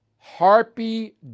Harpy